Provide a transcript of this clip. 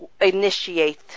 initiate